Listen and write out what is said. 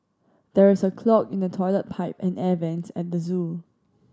there is a clog in the toilet pipe and the air vents at the zoo